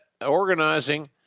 organizing